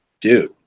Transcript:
dude